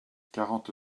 quarante